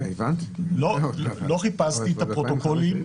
לא חיפשתי את הפרוטוקולים,